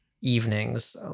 evenings